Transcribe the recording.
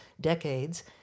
decades